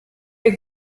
you